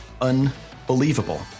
unbelievable